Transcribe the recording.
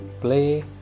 play